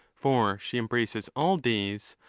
for she embraces all days,